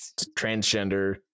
transgender